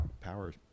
power